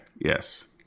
yes